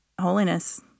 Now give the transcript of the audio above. holiness